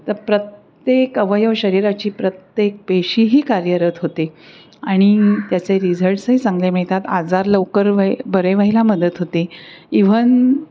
तर प्रत्येक अवय शरीराची प्रत्येक पेशीही कार्यरत होते आणि त्याचे रिझल्ट्सही चांगले मिळतात आजार लवकर वे बरे व्हायला मदत होते इव्हन